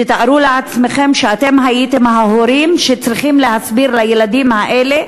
תתארו לעצמכם שאתם הייתם ההורים שצריכים להסביר לילדים האלה,